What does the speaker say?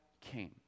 came